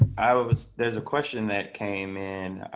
i was there's a question that came in.